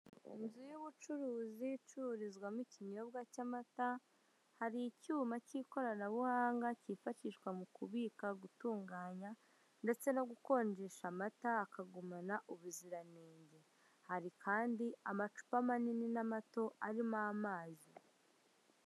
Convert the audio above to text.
Inzu y'ubucuruzi icururizwamo ikinyobwa cy'amata hari icyuma k'ikoranabuhanga kifashishwa mu kubika gutunganya ndetse no gukonjesha amata akagumana ubuziranenge hari kandi amacupa manini n'amato arimo amazi.